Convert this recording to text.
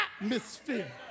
atmosphere